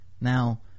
Now